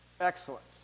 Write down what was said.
excellence